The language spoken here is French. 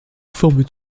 forment